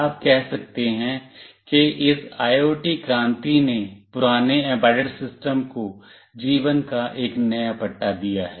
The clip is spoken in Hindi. आप कह सकते हैं कि इस आईओटी क्रांति ने पुराने एम्बेडेड सिस्टम को जीवन का एक नया पट्टा दिया है